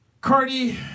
Cardi